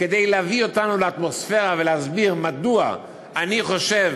כדי להביא אותנו לאטמוספירה ולהסביר מדוע אני חושב